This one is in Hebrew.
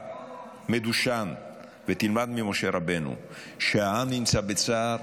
מדושן ותלמד ממשה רבנו: כשהעם נמצא בצער,